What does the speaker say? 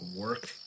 work